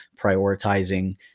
prioritizing